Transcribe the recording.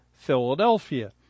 philadelphia